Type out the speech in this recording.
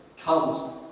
comes